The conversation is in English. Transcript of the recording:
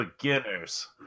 Beginners